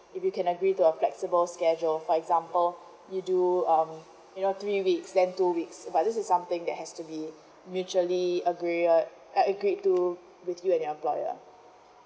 if you can agree to a flexible schedule for example you do um you know three weeks then two weeks but this is something that has to be mutually agree uh uh agreed to between you and your employer